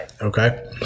Okay